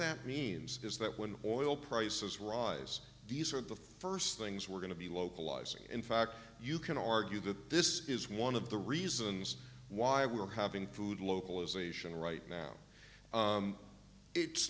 that means is that when oil prices rise these are the first things we're going to be localizing in fact you can argue that this is one of the reasons why we're having food localization right now it's